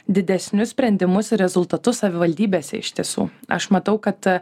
didesnius sprendimus ir rezultatus savivaldybėse iš tiesų aš matau kad